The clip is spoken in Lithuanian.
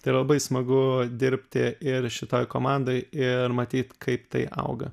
tai yra labai smagu dirbti ir šitoj komandoj ir matyt kaip tai auga